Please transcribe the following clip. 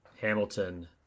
hamilton